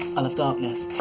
and have darkness.